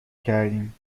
کردیم